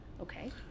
Okay